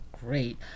Great